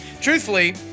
truthfully